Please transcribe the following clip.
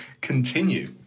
continue